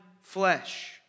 flesh